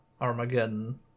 Armageddon